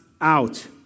out